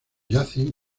yacen